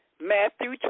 Matthew